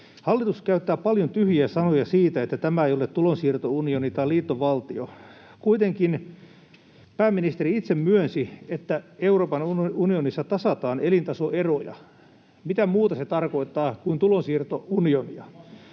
Hallitus käyttää paljon tyhjiä sanoja siitä, että tämä ei ole tulonsiirtounioni tai liittovaltio. Kuitenkin pääministeri itse myönsi, että Euroopan unionissa tasataan elintasoeroja. Mitä muuta se tarkoittaa kuin tulonsiirtounionia?